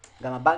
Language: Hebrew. גם הבנקים.